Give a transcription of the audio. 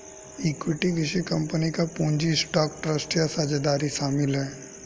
equity किसी company का पूंजी स्टॉक ट्रस्ट या साझेदारी शामिल है